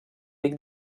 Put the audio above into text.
pic